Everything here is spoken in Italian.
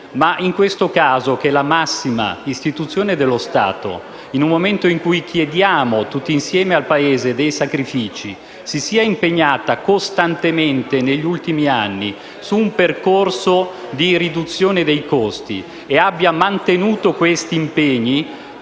ma in questo caso, che la massima istituzione dello Stato, in un momento in cui chiediamo tutti insieme sacrifici al Paese, si sia impegnata costantemente negli ultimi anni su un percorso di riduzione dei costi e abbia mantenuto questi impegni,